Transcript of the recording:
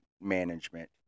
management